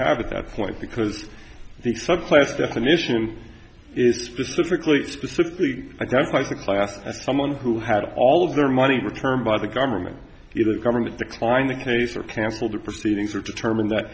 have at that point because the subclass definition is specifically specifically identified as a class that someone who had all of their money returned by the government it is government declined the case or cancelled the proceedings or determined that